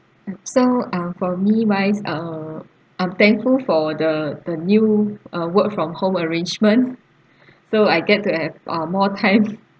ah so ah for me wise uh I'm thankful for the the new uh work from home arrangement so I get to have uh more time